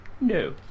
No